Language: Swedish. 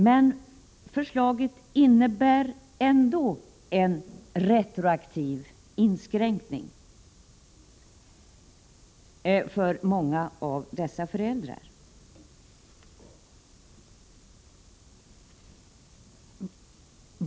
Men förslaget innebär ändå en retroaktiv inskränkning för många av dessa föräldrar.